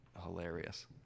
hilarious